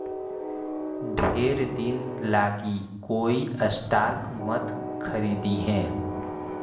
ढेर दिन लागी कोई स्टॉक मत खारीदिहें